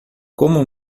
como